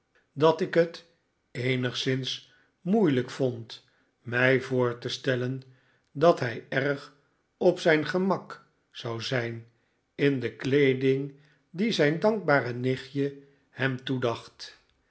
dat ik het eenigszins moeilijk vond mij voor te stellen dat hij erg op zijn gemak zou zijn in de kleeding die zijn dankbare nichtje hem toedacht